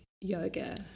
yoga